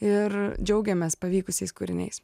ir džiaugiamės pavykusiais kūriniais